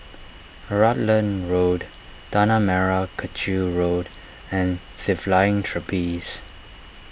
Rutland Road Tanah Merah Kechil Road and the Flying Trapeze